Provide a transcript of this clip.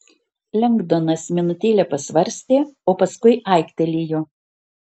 lengdonas minutėlę pasvarstė o paskui aiktelėjo